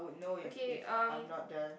okay um